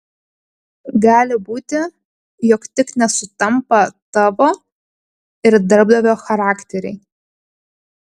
gali būti jog tik nesutampa tavo ir darbdavio charakteriai